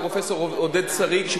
פרופסור עודד שריג.